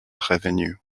revenu